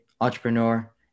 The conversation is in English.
entrepreneur